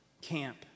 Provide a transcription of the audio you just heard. camp